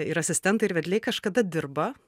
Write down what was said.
ir asistentai ir vedliai kažkada dirba